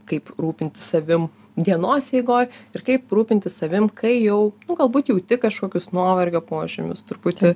kaip rūpintis savim dienos eigoj ir kaip rūpintis savim kai jau nu galbūt jauti kažkokius nuovargio požymius truputį